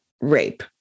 Rape